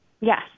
Yes